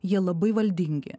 jie labai valdingi